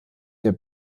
der